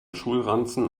schulranzen